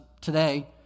today